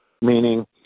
meaning